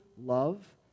love